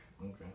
Okay